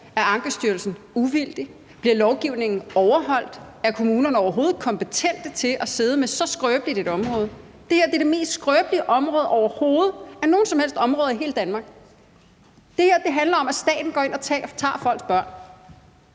Er Ankestyrelsen uvildig? Bliver lovgivningen overholdt? Er kommunerne overhovedet kompetente til at sidde med så skrøbeligt et område? Det her er det mest skrøbelige område overhovedet af alle områder i hele Danmark. Det her handler om, at staten går ind og tager folks børn.